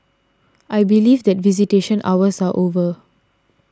I believe that visitation hours are over